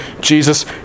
Jesus